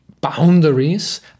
boundaries